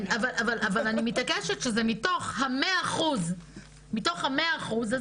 אבל אני מתעקשת שמתוך ה-100% האלה,